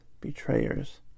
betrayers